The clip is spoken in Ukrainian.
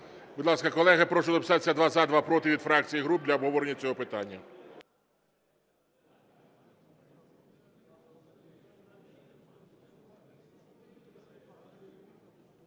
Будь ласка, колеги, прошу записатись: два – за, два – проти від фракцій і груп для обговорення цього питання.